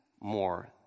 more